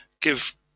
give